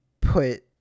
put